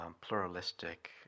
pluralistic